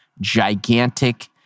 gigantic